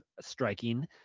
striking